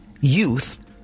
Youth